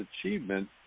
achievement